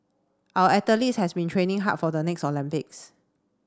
our athletes has been training hard for the next Olympics